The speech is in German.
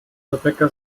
rebecca